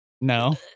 No